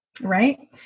Right